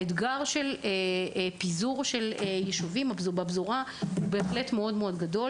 האתגר של פיזור יישובים בפזורה הוא גדול.